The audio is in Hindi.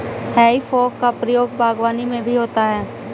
हेइ फोक का प्रयोग बागवानी में भी होता है